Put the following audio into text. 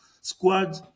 squad